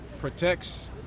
protects